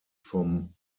vom